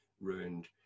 ruined